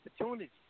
opportunity